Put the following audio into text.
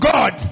God